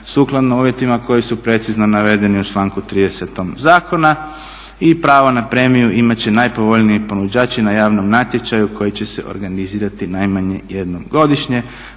sukladno uvjetima koje su precizno navedeni u članku 30.zakona i pravo na premiju imat će najpovoljniji ponuđači na javnom natječaju koji će se organizirati najmanje jednom godišnje.